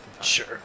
Sure